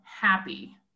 happy